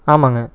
ஆமாம்ங்க